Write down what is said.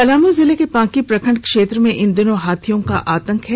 पलामू जिले के पांकी प्रखंड क्षेत्र में इन दिनों हाथियों का आतंक है